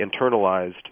internalized